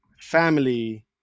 family